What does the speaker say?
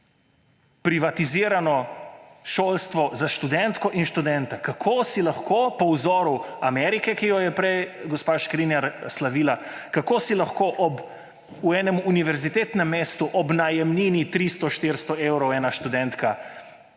privatizirano šolstvo za študentko in študenta, kako si lahko po vzoru Amerike, ki jo je prej gospa Škrinjar slavila, kako si lahko v enem univerzitetnem mestu ob najemnini 300, 400 evrov ena študentka,